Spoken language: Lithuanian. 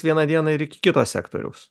vieną dieną ir iki kito sektoriaus